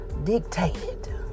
dictated